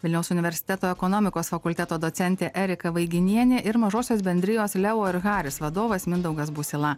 vilniaus universiteto ekonomikos fakulteto docentė erika vaiginienė ir mažosios bendrijos leo ir haris vadovas mindaugas busila